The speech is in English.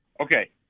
okay